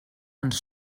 ens